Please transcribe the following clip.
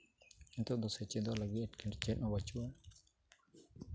ᱱᱤᱛᱚᱜ ᱫᱚ ᱥᱮᱪᱮᱫᱚᱜ ᱞᱟᱹᱜᱤᱫ ᱪᱮᱫ ᱦᱚᱸ ᱵᱟᱹᱱᱩᱜᱼᱟ